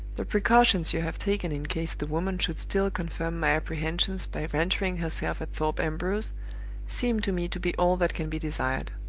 the precautions you have taken in case the woman should still confirm my apprehensions by venturing herself at thorpe ambrose seem to me to be all that can be desired.